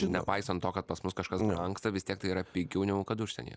nepaisant to kad pas mus kažkas brangsta vis tiek tai yra pigiau negu kad užsienyje